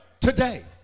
Today